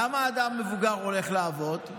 למה אדם מבוגר הולך לעבוד?